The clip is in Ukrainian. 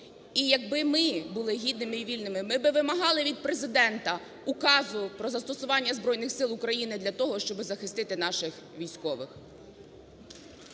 І якби ми були гідними і вільними, ми би вимагали від Президента указу про застосування Збройних Сил України для того, щоб захистити наших військових.